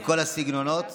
מכל הסגנונות,